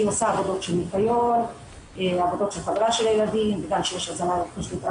אנחנו צריכים לעשות את ההפרדות האלה אבל כרגע זה לא בדיוק הנושא.